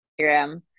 Instagram